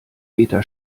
beta